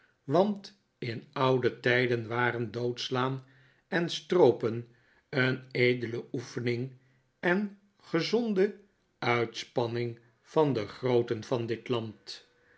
want in oude tijden waren doodslaan en stroopen een edele oefening en gezonde uitspanning van de grooten van dit land